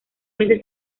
veces